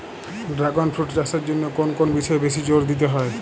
Dragon fruit চাষের জন্য কোন কোন বিষয়ে বেশি জোর দিতে হয়?